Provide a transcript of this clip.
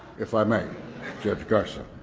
if i may judge garson.